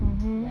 mmhmm